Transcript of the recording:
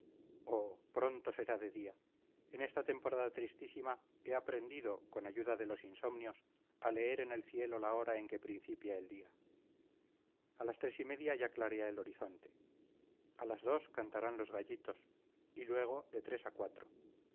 oh pronto será de día en esta temporada tristísima he aprendido con ayuda de los insomnios a leer en el cielo la hora en que principia el día a las tres y media ya clarea el horizonte a las dos cantarán los gallitos y luego de tres a cuatro